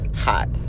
hot